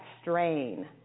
strain